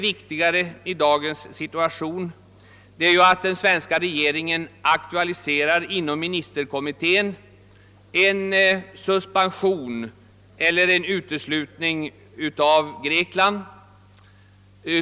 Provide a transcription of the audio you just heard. Viktigare i dagens situation är därför att den svenska regeringen inom ministerkommittén aktualiserar en suspension eller uteslutning av Grekland.